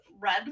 red